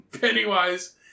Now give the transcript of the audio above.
Pennywise